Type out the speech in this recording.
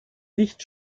nicht